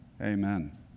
Amen